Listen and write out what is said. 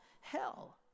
hell